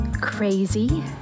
Crazy